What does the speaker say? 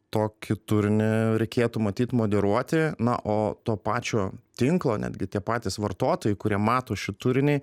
tokį turinį reikėtų matyt moderuoti na o to pačio tinklo netgi tie patys vartotojai kurie mato šį turinį